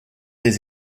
des